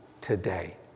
today